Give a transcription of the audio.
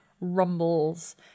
rumbles